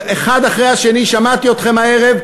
האחד אחרי השני שמעתי אתכם הערב,